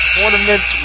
Tournament